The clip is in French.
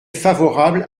favorable